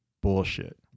bullshit